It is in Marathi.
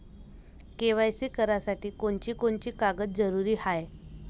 के.वाय.सी करासाठी कोनची कोनची कागद जरुरी हाय?